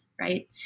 right